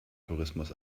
tourismus